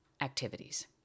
activities